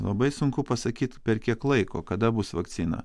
labai sunku pasakyt per kiek laiko kada bus vakcina